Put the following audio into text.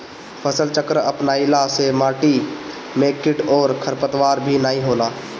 फसलचक्र अपनईला से माटी में किट अउरी खरपतवार भी नाई होला